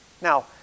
Now